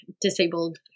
disabled